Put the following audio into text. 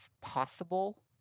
possible